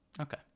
Okay